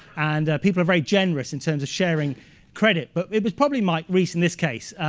and people are very generous in terms of sharing credit. but it was probably mike reiss in this case.